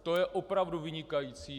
To je opravdu vynikající!